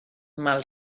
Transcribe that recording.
mal